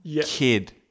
kid